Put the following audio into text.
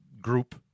group